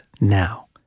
now